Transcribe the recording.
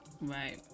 Right